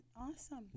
Awesome